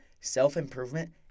self-improvement